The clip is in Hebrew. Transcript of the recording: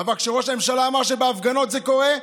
אבל כשראש הממשלה אמר שבהפגנות זה קורה,